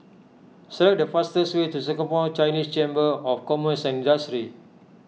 select the fastest way to Singapore Chinese Chamber of Commerce and Industry